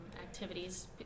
activities